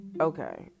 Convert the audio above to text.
okay